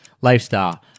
lifestyle